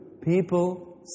People